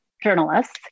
journalists